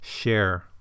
Share